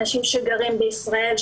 אנשים שגרים בישראל,